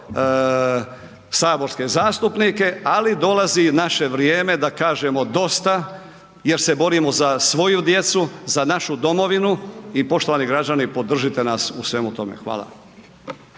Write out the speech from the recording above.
saborske zastupnike, ali dolazi naše vrijeme da kažemo dosta jer se borimo za svoju djecu, za našu domovinu i poštovani građani podržite nas u svemu tome. Hvala.